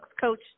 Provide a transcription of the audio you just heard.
Coach